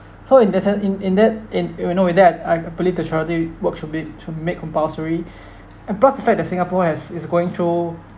so in that sense in in that in uh in a way of that I I believe that charity work should be should be made compulsory and plus the fact that singapore has is going through